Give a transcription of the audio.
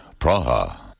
Praha